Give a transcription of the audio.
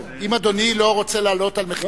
אם אדוני לא רוצה לענות על מחירי הדלק,